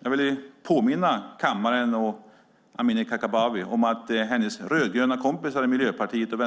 Jag vill påminna kammaren och Amineh Kakabaveh om att hennes rödgröna kompisar i Miljöpartiet och